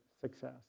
success